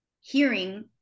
hearing